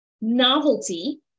novelty